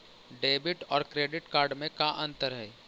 Debit और credit card में का अंतर हइ?